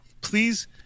please